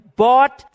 bought